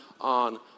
on